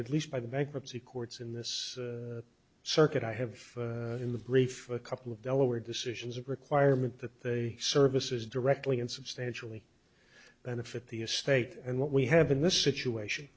at least by the bankruptcy courts in this circuit i have in the brief a couple of delaware decisions a requirement that the service is directly in substantially benefit the estate and what we have in this situation